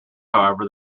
however